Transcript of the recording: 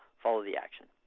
follow the action.